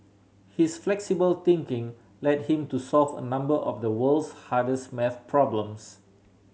his flexible thinking led him to solve a number of the world's hardest maths problems